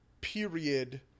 period